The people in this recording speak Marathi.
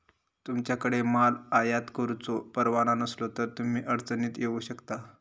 तुमच्याकडे माल आयात करुचो परवाना नसलो तर तुम्ही अडचणीत येऊ शकता